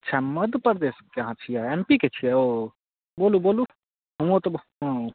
अच्छा मध्यप्रदेशके अहाँ छियै एम पी के छियै ओ बोलू बोलू उहो तऽ हँ